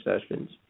Sessions